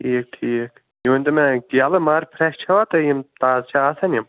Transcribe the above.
ٹھیٖک ٹھیٖک یہِ ؤنۍتَو مےٚ کیلہٕ مگر فرٛیش چھَوا تُہۍ یِم تازٕ چھا آسان یِم